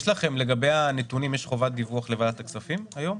לגבי הנתונים, יש חובת דיווח לוועדת הכספים היום?